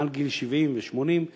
מעל גיל 70 ו-80,